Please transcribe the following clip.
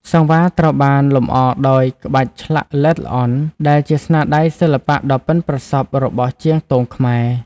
សង្វារត្រូវបានលម្អដោយ ក្បាច់ឆ្លាក់ល្អិតល្អន់ ដែលជាស្នាដៃសិល្បៈដ៏ប៉ិនប្រសប់របស់ជាងទងខ្មែរ។